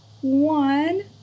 one